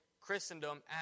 Christendom